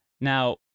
Now